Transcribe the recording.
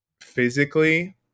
physically